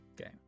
Okay